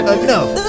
enough